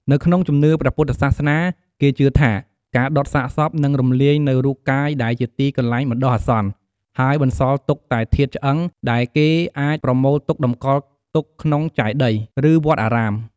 នៅក្នុងជំនឿព្រះពុទ្ធសាសនា គេជឿថាការដុតសាកសពនឹងរំលាយនូវរូបកាយដែលជាទីកន្លែងបណ្ដោះអាសន្ន ហើយបន្សល់ទុកតែធាតុឆ្អឹងដែលគេអាចប្រមូលទុកតម្កល់ទុកក្នុងចេតិយ ឬវត្តអារាម។